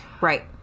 Right